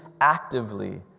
actively